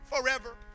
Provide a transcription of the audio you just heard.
forever